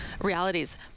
realities